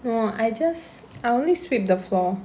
!wah! I just I only sweeped the floor